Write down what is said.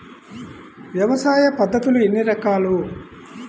వ్యవసాయ పద్ధతులు ఎన్ని రకాలు?